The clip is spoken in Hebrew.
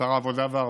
שר העבודה והרווחה,